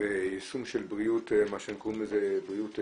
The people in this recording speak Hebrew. וביישום של בריאות דיגיטלית,